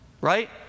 right